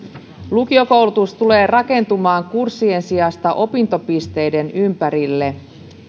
lukiokoulutus tulee rakentumaan kurssien sijasta opintopisteiden ympärille